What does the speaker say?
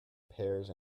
pears